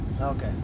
okay